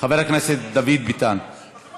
וגם